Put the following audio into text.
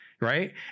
right